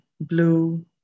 blue